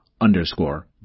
underscore